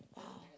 !wow!